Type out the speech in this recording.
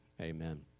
Amen